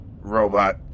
robot